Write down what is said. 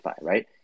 right